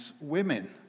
women